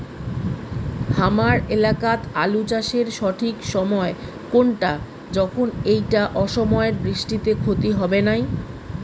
হামার এলাকাত আলু চাষের সঠিক সময় কুনটা যখন এইটা অসময়ের বৃষ্টিত ক্ষতি হবে নাই?